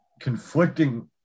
conflicting